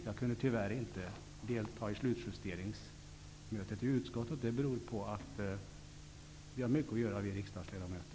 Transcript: Jag kunde tyvärr inte delta i slutjusteringssammanträdet i utskottet. Det beror på att vi riksdagsledamöter har mycket att göra.